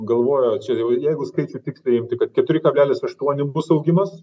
galvoju ar čia jau jeigu skaičių tiksliai imti kad keturi kablelis aštuonis bus augimas